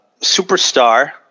superstar